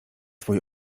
twój